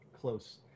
close